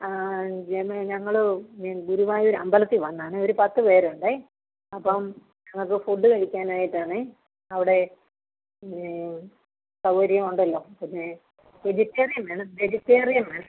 ആ ജയമേ ഞങ്ങൾ ഗുരുവായൂർ അമ്പലത്തിൽ വന്നതാണേ ഒരു പത്തു പേരുണ്ടേ അപ്പോൾ ഞങ്ങൾക്ക് ഫുഡ് കഴിക്കാനായിട്ട് ആണേ അവിടെ സൗകര്യമുണ്ടല്ലോ പിന്നെ വെജിറ്റേറിയൻ വേണേ വെജിറ്റേറിയൻ വേണേ